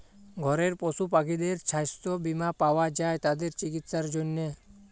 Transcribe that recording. ঘরের পশু পাখিদের ছাস্থ বীমা পাওয়া যায় তাদের চিকিসার জনহে